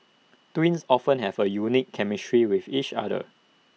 twins often have A unique chemistry with each other